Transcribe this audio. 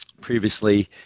previously